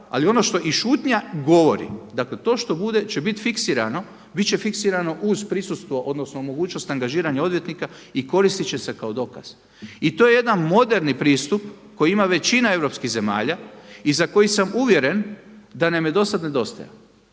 Ali ono što i šutnja govori, dakle to što bude će bit fiksirano, bit će fiksirano uz prisustvo, odnosno mogućnost angažiranja odvjetnika i koristit će se kao dokaz. I to je jedan moderni pristup koji ima većina europskih zemalja i za koji sam uvjeren da nam je do sad nedostajao.